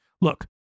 Look